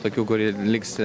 tokių kurie liks